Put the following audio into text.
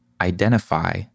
identify